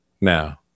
now